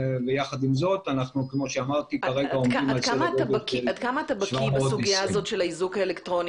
יחד עם זאת אנחנו כרגע עומדים על סדר גודל של 720. עד כמה אתה בקי בסוגיה הזאת של האיזוק האלקטרוני?